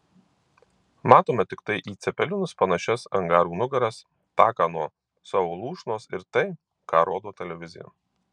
matome tiktai į cepelinus panašias angarų nugaras taką nuo savo lūšnos ir tai ką rodo televizija